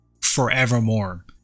forevermore